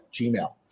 Gmail